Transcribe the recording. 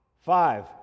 Five